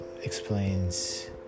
explains